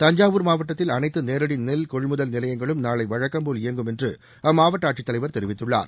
தஞ்சாவூர் மாவட்டத்தில் அனைத்து நேரடி நெல் கொள்முதல் நிலையங்களும் நாளை வழக்கம்போல் இயங்கும் என்று அம்மாவட்ட ஆட்சித்தலைவர் தெரிவித்துள்ளார்